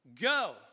go